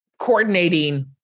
coordinating